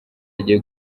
agiye